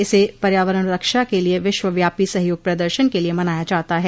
इसे पर्यावरण रक्षा के लिए विश्वव्यापी सहयोग प्रदर्शन के लिये मनाया जाता है